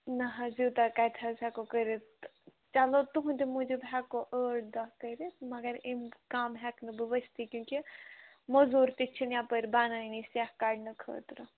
نہ حظ یوٗتاہ کَتہِ حظ ہٮ۪کو کٔرِتھ چلو تُہنٛدِ موٗجوٗب ہٮ۪کو ٲٹھ دۄہ کٔرِتھ مگر أمۍ کَم ہٮ۪کہٕ نہٕ بہٕ ؤستٕے کیوں کہِ موزوٗر تہِ چھِنہٕ یَپٲرۍ بَنٲنی سٮیٚکھ کَڑنہٕ خٲطرٕ